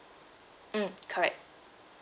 mm correct